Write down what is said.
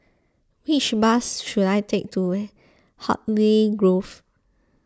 which bus should I take to Hartley Grove